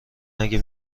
اگه